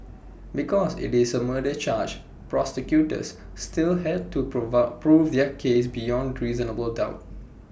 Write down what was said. because IT is A murder charge prosecutors still had to prove their case beyond reasonable doubt